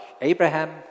Abraham